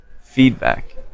feedback